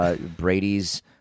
Brady's